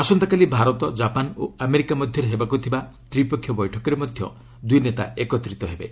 ଆସନ୍ତାକାଲି ଭାରତ ଜାପାନ୍ ଓ ଆମେରିକା ମଧ୍ୟରେ ହେବାକ୍ ଥିବା ତ୍ରିପକ୍ଷୀୟ ବୈଠକରେ ମଧ୍ୟ ଦୂଇ ନେତା ଏକତ୍ରିତ ହେବେ